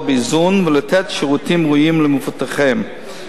באיזון ולתת שירותים ראויים למבוטחיהן.